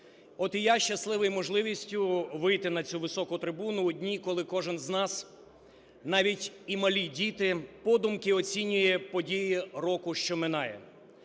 От і я щасливий можливістю вийти на цю високу трибуну у дні, коли кожен з нас, навіть і малі діти, подумки оцінює події року, що минає.